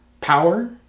Power